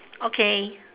okay